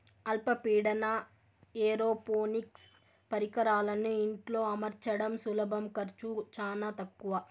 అల్ప పీడన ఏరోపోనిక్స్ పరికరాలను ఇంట్లో అమర్చడం సులభం ఖర్చు చానా తక్కవ